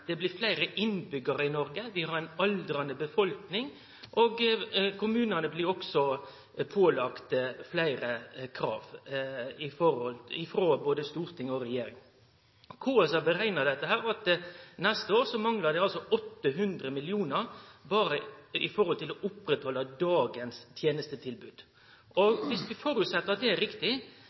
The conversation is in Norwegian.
ting blir dyrare, det blir fleire innbyggjarar i Norge, vi har ei aldrande befolkning, og kommunane blir også pålagde fleire krav frå både storting og regjering. KS har berekna at neste år manglar det 800 mill. kr berre for å oppretthalde dagens tenestetilbod. Viss vi går ut frå at det er riktig,